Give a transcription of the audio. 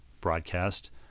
broadcast